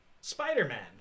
spider-man